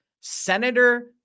Senator